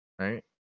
right